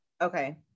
Okay